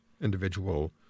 individual